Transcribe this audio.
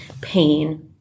pain